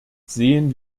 sehen